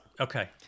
okay